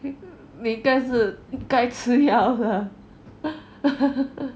每个是因该吃药了